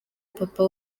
papa